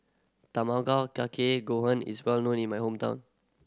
Tamago Kake Gohan is well known in my hometown